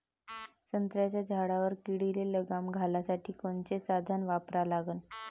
संत्र्याच्या झाडावर किडीले लगाम घालासाठी कोनचे साधनं वापरा लागन?